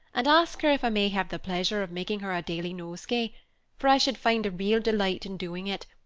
and ask her if i may have the pleasure of making her a daily nosegay for i should find real delight in doing it,